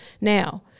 now